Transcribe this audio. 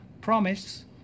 promise